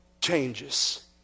changes